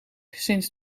sinds